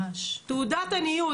תעודת עניות.